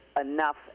enough